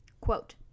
quote